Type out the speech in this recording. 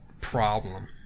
problem